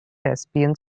thespian